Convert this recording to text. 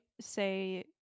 say